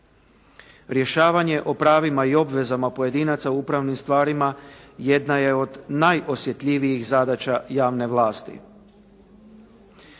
Rješavanje o pravima i obvezama pojedinaca u upravnim stvarima jedna je od najosjetljivijih zadaća javne vlasti.